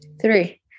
three